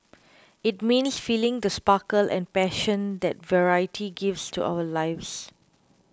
it means feeling the sparkle and passion that variety gives to our lives